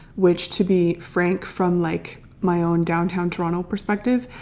which to be frank, from like my own downtown toronto perspective,